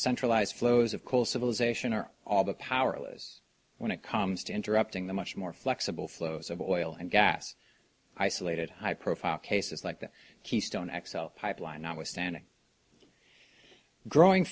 centralized flows of coal civilization or all the powerless when it comes to interrupting the much more flexible flows of oil and gas isolated high profile cases like that keystone x l pipeline notwithstanding growing